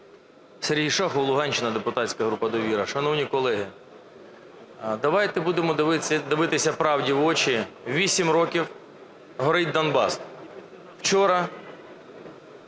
Сергій Шахов, Луганщина, депутатська група "Довіра". Шановні колеги, давайте будемо дивитися правді в очі – 8 років горить Донбас. Вчора